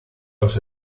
los